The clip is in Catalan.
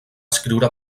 escriure